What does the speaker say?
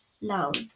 loud